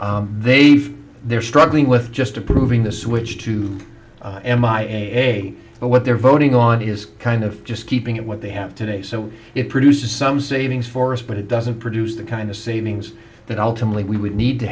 they've they're struggling with just approving the switch to m i n a but what they're voting on is kind of just keeping it what they have today so it produces some savings for us but it doesn't produce the kind of savings that ultimately we would need to